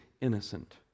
innocent